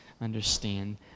understand